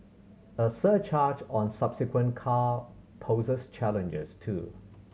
a surcharge on subsequent car poses challenges too